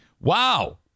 wow